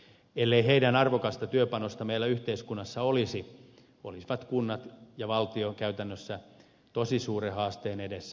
ellei heidän arvokasta työpanostaan meillä yhteiskunnassa olisi olisivat kunnat ja valtio käytännössä tosi suuren haasteen edessä